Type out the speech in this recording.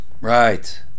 Right